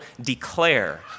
declare